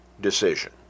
decision